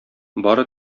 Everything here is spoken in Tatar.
бары